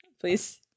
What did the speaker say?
please